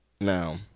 Now